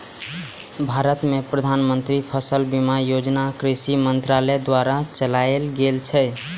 भारत मे प्रधानमंत्री फसल बीमा योजना कृषि मंत्रालय द्वारा चलाएल गेल छै